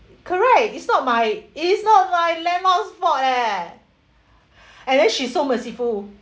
correct it's not my it is not my landlord's fault leh and then she's so merciful